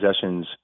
possessions